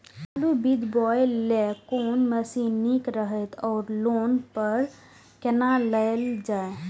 आलु बीज बोय लेल कोन मशीन निक रहैत ओर लोन पर केना लेल जाय?